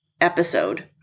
episode